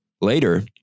Later